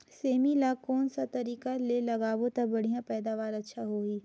सेमी ला कोन सा तरीका ले लगाबो ता बढ़िया पैदावार अच्छा होही?